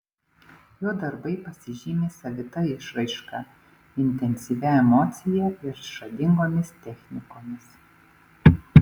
jo darbai pasižymi savita išraiška intensyvia emocija ir išradingomis technikomis